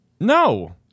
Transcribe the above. No